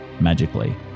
magically